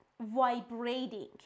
vibrating